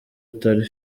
utari